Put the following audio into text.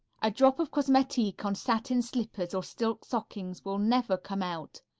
a drop of cosmetique on satin slippers or silk stockings will never come out.